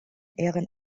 ehren